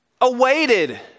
awaited